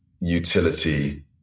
Utility